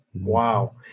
Wow